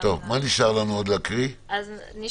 את חיוניות המעצר, בין